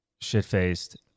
shit-faced